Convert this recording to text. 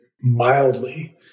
mildly